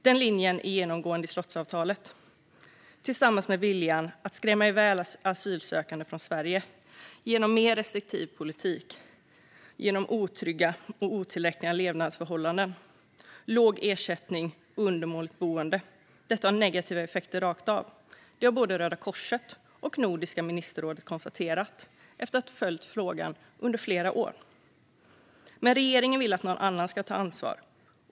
Den linjen är genomgående i slottsavtalet, tillsammans med viljan att skrämma iväg asylsökande från Sverige genom mer restriktiv politik, otrygga och otillräckliga levnadsförhållanden, låg ersättning och undermåligt boende. Detta har negativa effekter rakt av, det har både Röda Korset och Nordiska ministerrådet konstaterat efter att ha följt frågan under flera år. Men regeringen vill att någon annan ska ta ansvar.